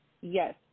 Yes